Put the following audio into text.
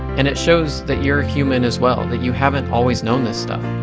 and it shows that you're human as well, that you haven't always known this stuff.